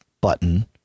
button